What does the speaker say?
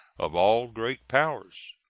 of all great powers.